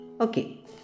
Okay